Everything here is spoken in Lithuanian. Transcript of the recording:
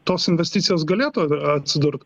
tos investicijos galėtų atsidurt